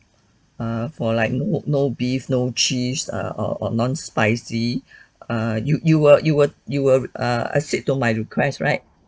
err for like no no beef no cheese err err or non spicy err you you will you will you will err accede to my request right